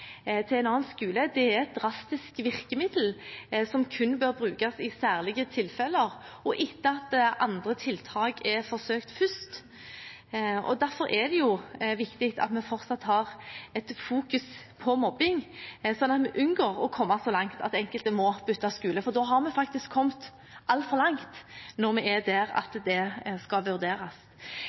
til en annen skole, et drastisk virkemiddel, som kun bør brukes i særlige tilfeller, og etter at andre tiltak er forsøkt først. Derfor er det viktig at vi fortsatt har fokus på mobbing, slik at vi unngår å komme så langt at enkelte må bytte skole, for vi har faktisk kommet altfor langt når vi er der at det skal vurderes.